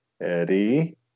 Eddie